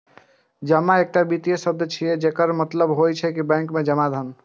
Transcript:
जमा एकटा वित्तीय शब्द छियै, जकर मतलब होइ छै बैंक मे जमा धन